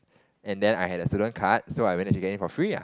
and then I had a student card so I managed to get in for free ah